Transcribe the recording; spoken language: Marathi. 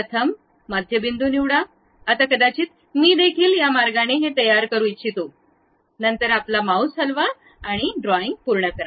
प्रथम मध्य बिंदू निवडा आता कदाचित मी देखील त्या मार्गाने हे तयार करू इच्छितो नंतर आपला माउस हलवा पूर्ण करा